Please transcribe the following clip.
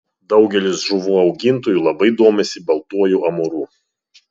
daugelis žuvų augintojų labai domisi baltuoju amūru